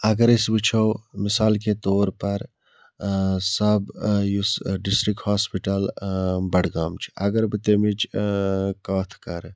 اگر أسۍ وٕچھو مِثال کے طور پَر سب یُس ڈِسٹِرٛک ہاسپِٹَل بَڈگام چھِ اگر بہٕ تَمِچ کَتھ کَرٕ